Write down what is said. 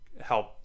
help